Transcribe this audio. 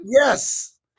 Yes